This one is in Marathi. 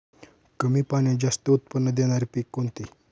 कमी पाण्यात जास्त उत्त्पन्न देणारे पीक कोणते?